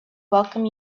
welcome